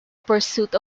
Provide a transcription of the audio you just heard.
pursuit